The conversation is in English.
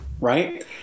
Right